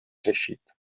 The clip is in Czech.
řešit